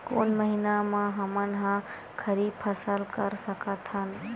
कोन महिना म हमन ह खरीफ फसल कर सकत हन?